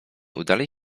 udali